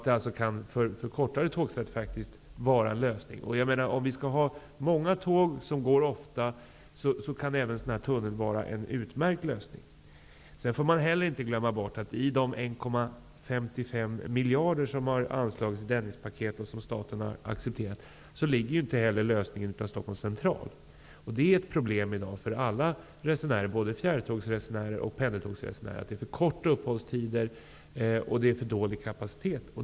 Det kan alltså vara en lösning för kortare tågsätt. Om vi skall ha många tåg, som går ofta, kan även en sådan här tunnel vara en utmärkt lösning. Man får heller inte glömma bort att i de 1,55 miljarder som har anslagits i Dennispaketet, och som staten har accepterat, ligger inte heller lösningen för Stockholms central. Det är ett problem i dag för alla resenärer, både fjärrtågsresenärer och pendeltågsresenärer, att det är för korta uppehållstider och för dålig kapacitet.